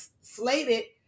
slated